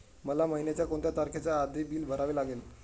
मला महिन्याचा कोणत्या तारखेच्या आधी बिल भरावे लागेल?